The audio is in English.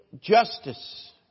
justice